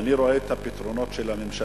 כשאני רואה את הפתרונות של הממשלה,